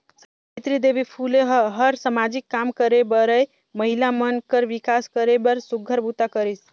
सावित्री देवी फूले ह हर सामाजिक काम करे बरए महिला मन कर विकास करे बर सुग्घर बूता करिस